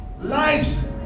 lives